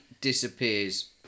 disappears